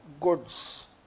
goods